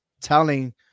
telling